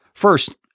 First